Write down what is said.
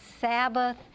Sabbath